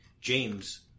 James